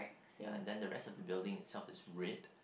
ya and then the rest of the build itself is red